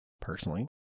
personally